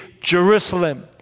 Jerusalem